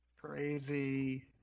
Crazy